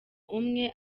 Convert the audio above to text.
umwe